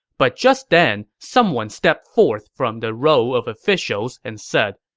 but just then, someone stepped forth from the row of officials and said,